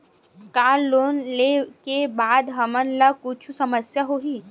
का लोन ले के बाद हमन ला कुछु समस्या होही?